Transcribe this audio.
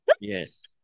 Yes